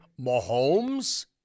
Mahomes